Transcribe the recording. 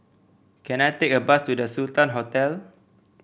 can I take a bus to The Sultan Hotel